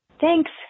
Thanks